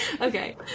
okay